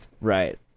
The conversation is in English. right